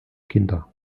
kinder